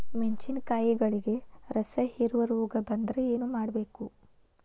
ಮೆಣಸಿನಕಾಯಿಗಳಿಗೆ ರಸಹೇರುವ ರೋಗ ಬಂದರೆ ಏನು ಮಾಡಬೇಕು?